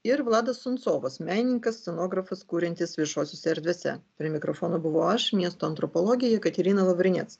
ir vladas suncovas menininkas scenografas kuriantis viešosiose erdvėse prie mikrofono buvau aš miesto antropologė jekaterina lavrinec